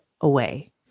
away